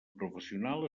professional